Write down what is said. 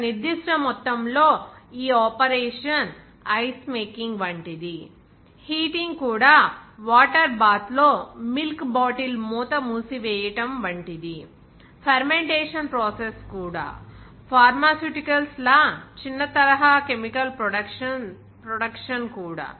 ఒక నిర్దిష్ట మొత్తంలో ఈ ఆపరేషన్ ఐస్ మేకింగ్ వంటిది హీటింగ్ కూడా వాటర్ బాత్ లో మిల్క్ బాటిల్ మూత మూసి వేయటం వంటిది ఫెర్మెంటేషన్ ప్రాసెస్ కూడా ఫార్మస్యూటికల్స్ లా చిన్న తరహా కెమికల్ ప్రొడక్షన్ కూడా